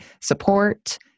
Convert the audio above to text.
support